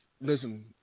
Listen